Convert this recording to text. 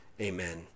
amen